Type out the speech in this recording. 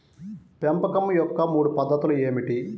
పెంపకం యొక్క మూడు పద్ధతులు ఏమిటీ?